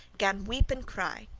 gan weep and cry.